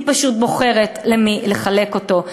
היא פשוט בוחרת למי לחלק אותו.